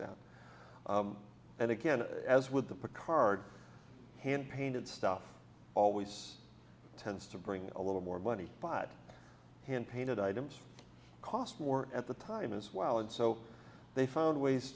that and again as with the card hand painted stuff always tends to bring a little more money by hand painted items cost more at the time as well and so they found ways